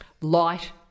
light